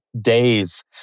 days